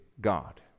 God